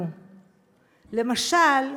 למשל,